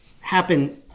happen